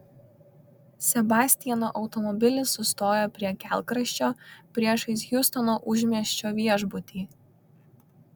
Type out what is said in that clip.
sebastiano automobilis sustojo prie kelkraščio priešais hjustono užmiesčio viešbutį